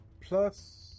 plus